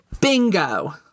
Bingo